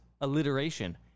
alliteration